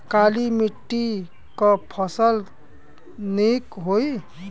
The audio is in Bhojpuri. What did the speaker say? काली मिट्टी क फसल नीक होई?